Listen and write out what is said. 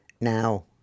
Now